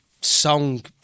song